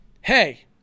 Hey